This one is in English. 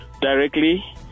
directly